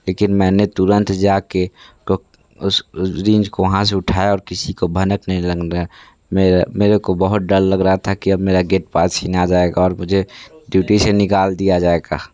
लेकिन मैंने तुरंत जाके आ उस उस रिंच को वहाँ से उठाया और किसी को भनक नहीं लग मे मे मेरे को बहुत डर लग रहा था कि अब मेरा गेट पास छीना जाएगा और मुझे ड्यूटी से निकाल दिया जाएगा